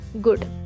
good